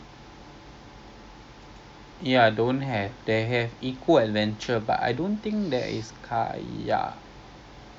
okay lah adam adam pun nak kan pergi so I ajak my adik also everyone lah this saturday go ramai-ramai